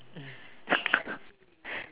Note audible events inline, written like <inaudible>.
mm <laughs>